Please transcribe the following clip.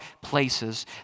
places